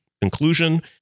conclusion